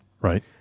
Right